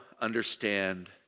understand